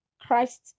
Christ